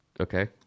Okay